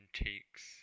takes